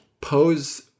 pose